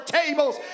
tables